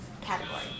category